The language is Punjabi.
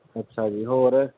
ਅੱਛਾ ਜੀ ਹੋਰ